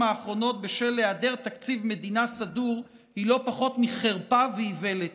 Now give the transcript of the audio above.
האחרונות בשל היעדר תקציב מדינה סדור היא לא פחות מחרפה ואיוולת,